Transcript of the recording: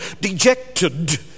dejected